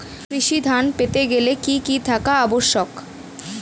কৃষি ঋণ পেতে গেলে কি কি থাকা আবশ্যক?